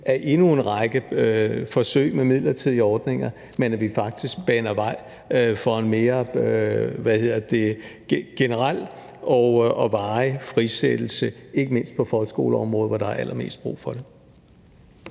af endnu en række forsøg med midlertidige ordninger, men at der faktisk banes vej for en mere generel og varig frisættelse, ikke mindst på folkeskoleområdet, hvor der er allermest brug for det.